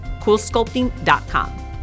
CoolSculpting.com